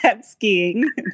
skiing